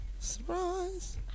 Surprise